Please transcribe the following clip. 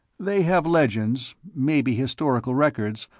they have legends, maybe historical records,